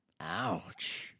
Ouch